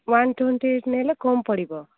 one twenty eight ନେଲେ କମ୍ ପଡ଼ିବ